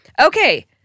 Okay